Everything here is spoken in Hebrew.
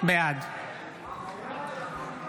בעד יצחק קרויזר, בעד גלעד קריב,